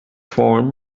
form